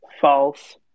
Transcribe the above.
false